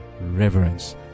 reverence